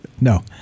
No